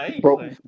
Bro